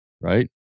Right